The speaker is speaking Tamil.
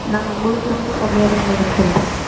நாங்கள் உங்களுக்கு வேண்டி கம்மியாகதாங்க மேடம் சொல்கிறோம்